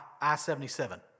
I-77